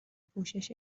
پوشش